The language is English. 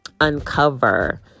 uncover